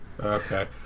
Okay